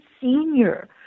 senior